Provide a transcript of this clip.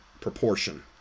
proportion